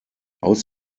aus